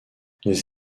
les